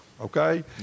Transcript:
okay